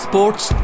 Sports